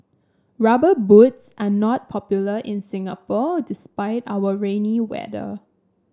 rubber boots are not popular in Singapore despite our rainy weather